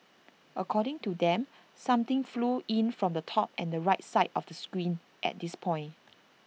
according to them something flew in from the top and the right side of the screen at this point